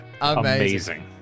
amazing